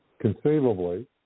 Conceivably